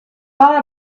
thought